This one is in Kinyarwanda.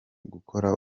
gukora